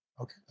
okay